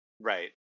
right